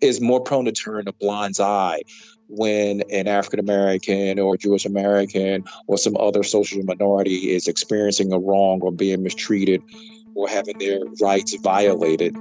is more prone to turn a blind eye when an african american and or jewish american or some other social minority is experiencing a wrong or being mistreated or having their rights violated